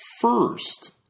first